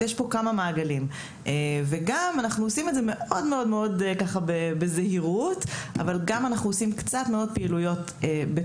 אנחנו עושים את זה בזהירות ומצד שני עורכים גם פעילויות בתוך